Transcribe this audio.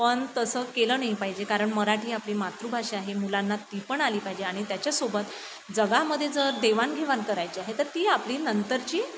पण तसं केलं नाही पाहिजे कारण मराठी आपली मातृभाषा आहे मुलांना ती पण आली पाहिजे आणि त्याच्यासोबत जगामध्ये जर देवाणघेवाण करायची आहे तर ती आपली नंतरची